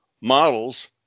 models